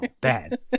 Bad